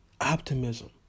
optimism